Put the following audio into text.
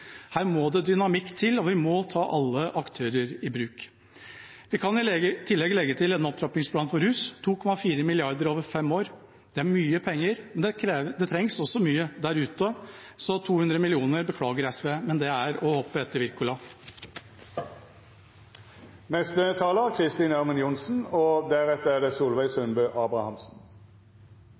Her må det dynamikk til, og vi må ta alle aktører i bruk. Vi kan i tillegg legge til en opptrappingsplan på rusfeltet. 2,4 mrd. kr over fem år er mye penger, men det trengs mye der ute. Så 200 mill. kr – beklager SV, men det er å hoppe etter Wirkola. Etter representanten Kjenseth, som anbefalte Wilkinson å ta en Red Bull mindre, skal jeg nøye meg med å si at det kanskje er